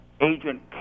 Agent